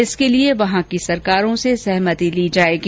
इसके लिए वहां की सरकारों से सहमति ली जायेगी